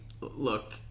look